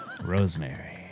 Rosemary